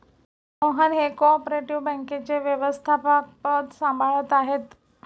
मोहन हे cooperative बँकेचे व्यवस्थापकपद सांभाळत आहेत